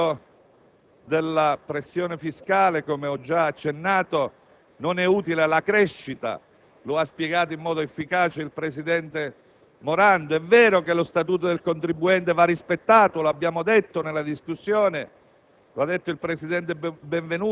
È vero che l'aumento della pressione fiscale - come ho già accennato - non è utile alla crescita; lo ha spiegato in modo efficace il presidente Morando. È vero che lo statuto del contribuente va rispettato; lo abbiamo detto nella discussione,